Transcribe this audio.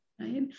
Right